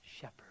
shepherd